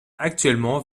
actuellement